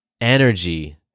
energy